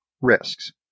risks